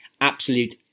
absolute